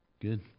Good